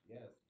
Yes